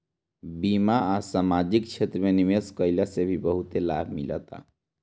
बीमा आ समाजिक क्षेत्र में निवेश कईला से भी बहुते लाभ मिलता